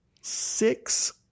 Six